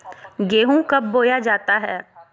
गेंहू कब बोया जाता हैं?